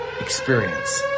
experience